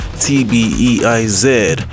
T-B-E-I-Z